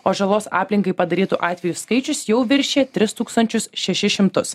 o žalos aplinkai padarytų atvejų skaičius jau viršija tris tūkstančius šešis šimtus